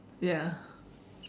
ya